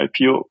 IPO